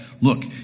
look